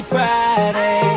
Friday